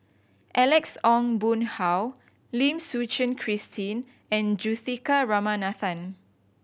Alex Ong Boon Hau Lim Suchen Christine and Juthika Ramanathan